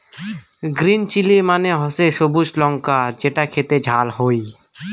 green chilli মানে হসে সবুজ লঙ্কা যেটো খেতে ঝাল হই